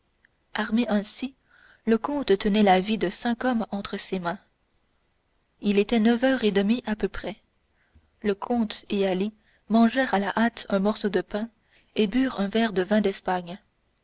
armé ainsi le comte tenait la vie de cinq hommes entre ses mains il était neuf heures et demie à peu près le comte et ali mangèrent à la hâte un morceau de pain et burent un verre de vin d'espagne